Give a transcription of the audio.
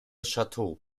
château